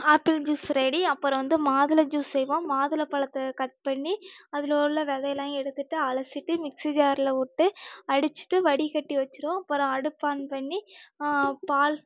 apple juice ready அப்புறம் வந்து மாதுளை ஜூஸ் செய்வோம் மாதுளை பழத்தை கட் பண்ணி அதில் உள்ள விதையெல்லாம் எடுத்துட்டு அலசிட்டு மிக்ஸி ஜாரில் விட்டு அடிச்சுட்டு வடிகட்டி வச்சிருவோம் அப்புறம் அடுப்பை ஆன் பண்ணி பால்